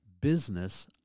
business